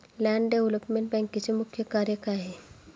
Land development बँकेचे मुख्य कार्य काय आहे?